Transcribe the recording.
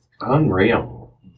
Unreal